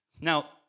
Now